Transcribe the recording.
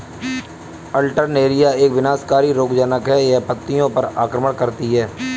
Alternaria एक विनाशकारी रोगज़नक़ है, यह पत्तियों पर आक्रमण करती है